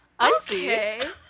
okay